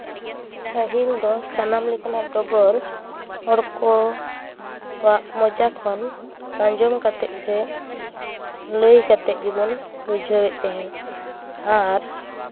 ᱯᱟᱹᱦᱤᱞ ᱫᱚ ᱥᱟᱱᱟᱢ ᱞᱮᱠᱟᱱᱟᱜ ᱰᱚᱜᱚᱨ ᱦᱚᱲ ᱠᱚᱣᱟᱜ ᱢᱚᱪᱟ ᱠᱷᱚᱱ ᱟᱸᱡᱚᱢ ᱠᱟᱛᱮᱜ ᱥᱮ ᱞᱟᱹᱭ ᱠᱟᱛᱮᱜ ᱜᱮᱵᱚᱱ ᱵᱩᱡᱷᱟᱹᱣᱮᱜ ᱛᱟᱦᱮᱱ ᱟᱨ